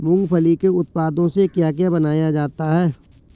मूंगफली के उत्पादों से क्या क्या बनाया जाता है?